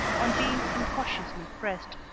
on being incautiously pressed,